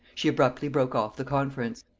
she abruptly broke off the conference.